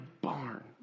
barn